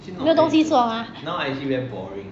没有东西做吗